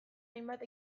hainbat